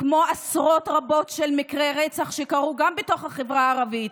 כמו עשרות רבות של מקרי רצח שקרו גם בתוך החברה הערבית.